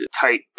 tight